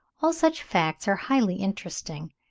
all such facts are highly interesting,